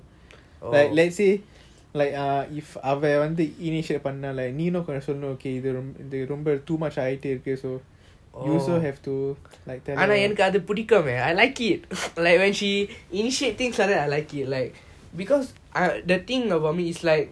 like let's say like err if அவ வந்து initiate பண்ணல நீனும் சோழனும் இது ரொம்ப:ava vanthu initiate pannala neenum solanum ithu romba too much ஆயிட்டு இருக்கு:aayetu iruku you also have to like tell her